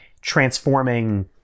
transforming